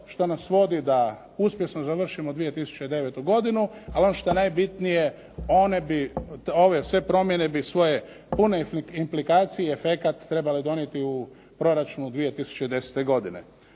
što nas vodi da uspješno završimo 2009. godinu. Ali ono što je najbitnije ove sve promjene bi svoje pune implikacije i efekat trebale donijeti u proračunu 2010. godine.